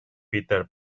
peter